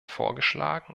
vorgeschlagen